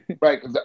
Right